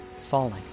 falling